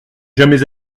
jamais